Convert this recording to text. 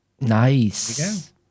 Nice